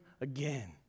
again